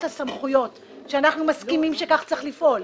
הסמכויות שאנחנו מסכימים שכך צריך לפעול,